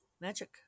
magic